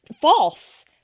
false